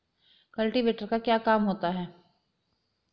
Cultivator का क्या काम होता है?